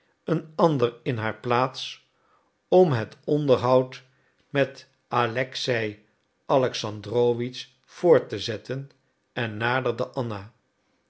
een ander in haar plaats om het onderhoud met alexei alexandrowitsch voort te zetten en naderde anna